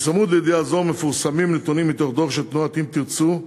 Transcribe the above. בצמוד לידיעה זו מפורסמים נתונים מתוך דוח של תנועת "אם תרצו",